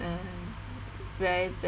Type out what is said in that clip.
very bad